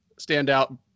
standout